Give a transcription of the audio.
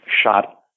shot